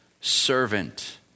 servant